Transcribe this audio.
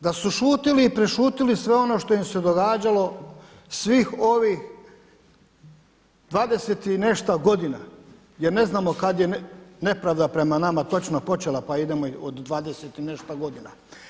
Da su šutjeli i prešutjeli sve ono što im se događalo svih ovih 20 i nešto godina jer ne znamo kada je nepravda prema nama točno počela pa idemo, od 20 i nešto godina.